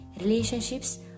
relationships